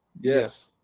yes